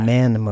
Man